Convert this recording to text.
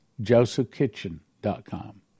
Josephkitchen.com